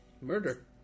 murder